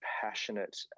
passionate